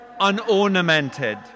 unornamented